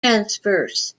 transverse